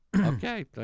Okay